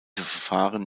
verfahren